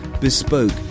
bespoke